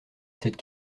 cette